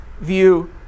view